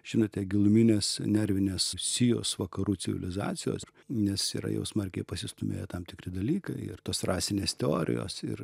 žinote giluminės nervinės sijos vakarų civilizacijos nes yra jau smarkiai pasistūmėję tam tikri dalykai ir tos rasinės teorijos ir